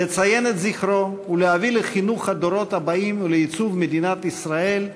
לציין את זכרו ולהביא לחינוך הדורות הבאים ולעיצוב מדינת ישראל,